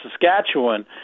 Saskatchewan